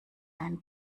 deinen